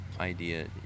idea